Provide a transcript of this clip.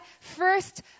first